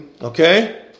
Okay